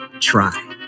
try